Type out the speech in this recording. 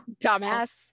Dumbass